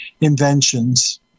inventions